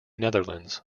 netherlands